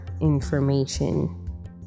information